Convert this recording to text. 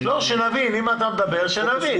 אם אתה מדבר, שנבין.